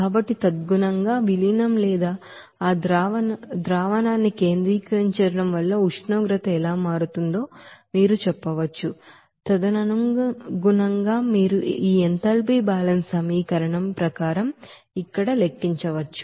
కాబట్టి తదనుగుణంగా విలీనం లేదా ఆ ಸೊಲ್ಯೂಷನ್న్ని కేంద్రీకరించడంಕಾನ್ಸನ್ಟ್ರೇಟಿಂಗ್ వల్ల ఉష్ణోగ్రత ఎలా మారుతుందో మీరు చెప్పవచ్చు తదనుగుణంగా మీరు ఈ ఎంథాల్పీ బ్యాలెన్స్ ఈక్వేషన్ ప్రకారం ఇక్కడ లెక్కించవచ్చు